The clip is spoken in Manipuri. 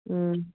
ꯎꯝ